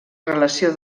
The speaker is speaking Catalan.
relació